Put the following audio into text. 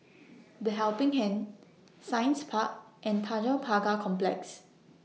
The Helping Hand Science Park and Tanjong Pagar Complex